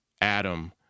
Adam